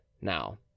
now